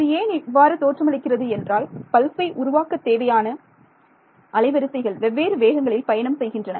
இது ஏன் இவ்வாறு தோற்றமளிக்கிறது என்றால் பல்சை உருவாக்கத் தேவையான அலைவரிசைகள் வெவ்வேறு வேகங்களில் பயணம் செய்கின்றன